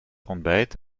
ontbijt